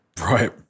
right